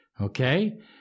Okay